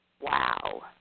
Wow